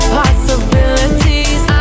possibilities